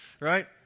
right